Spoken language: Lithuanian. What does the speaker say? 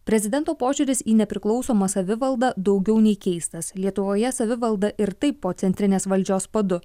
prezidento požiūris į nepriklausomą savivaldą daugiau nei keistas lietuvoje savivalda ir taip po centrinės valdžios padu